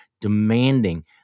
demanding